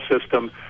system